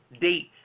date